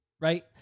Right